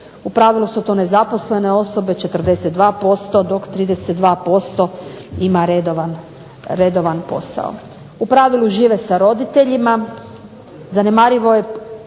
U pravilu su to nezaposlene osobe 42% dok 31% ima redovan posao. U pravilu žive sa roditeljima, zanemarujuće